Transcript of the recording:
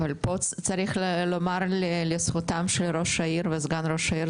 אבל פה צריך לומר לזכותם שראש העיר וסגן ראש העיר,